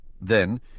Then